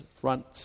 front